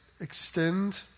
extend